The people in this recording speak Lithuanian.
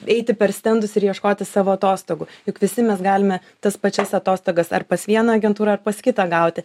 eiti per stendus ir ieškoti savo atostogų juk visi mes galime tas pačias atostogas ar pas vieną agentūrą ar pas kitą gauti